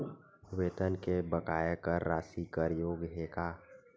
वेतन के बकाया कर राशि कर योग्य हे का?